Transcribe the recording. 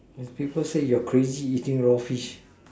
people say your crazy eating raw fish